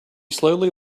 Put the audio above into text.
slowly